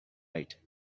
right